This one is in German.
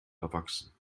erwachsen